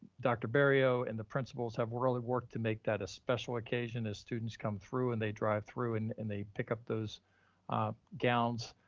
dr. balgobin but ah and the principals have worldly worked to make that a special occasion as students come through and they drive through and and they pick up those gowns,